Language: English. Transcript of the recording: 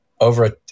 Over